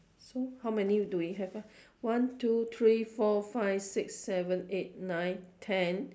so how many do we have ah one two three four five six seven eight nine ten